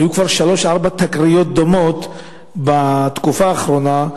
היו כבר שלוש-ארבע תקריות דומות בתקופה האחרונה,